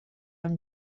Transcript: amb